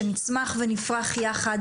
שנצמח ונפרח יחד,